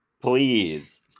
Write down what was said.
please